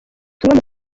butumwa